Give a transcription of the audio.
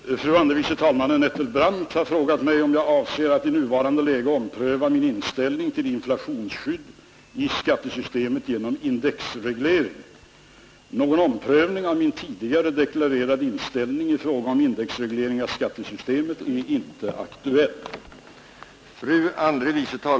Herr talman! Fru andre vice talmannen Nettelbrandt har frågat mig om jag avser att i nuvarande läge ompröva min inställning till inflationsskydd i skattesystemet genom indexreglering. Någon omprövning av min tidigare deklarerade inställning i fråga om indexreglering av skattesystemet är inte aktuell.